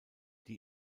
die